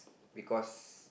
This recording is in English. because